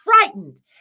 frightened